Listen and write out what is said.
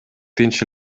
тынч